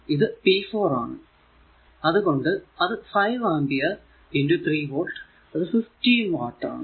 ഇത് p 4 ആണ് അത് കൊണ്ട് അത് 5 ആമ്പിയർ 3 വോൾട് അത് 15 വാട്ട് ആണ്